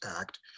act